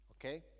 okay